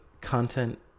content